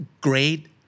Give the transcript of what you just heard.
great